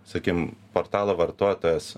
sakim portalo vartotojas